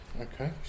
Okay